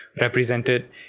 represented